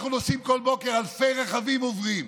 אנחנו נוסעים כל בוקר, אלפי רכבים עוברים.